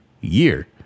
year